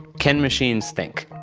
can machines think?